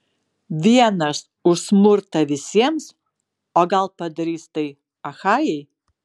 vienas už smurtą visiems o gal padarys tai achajai